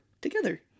together